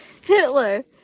Hitler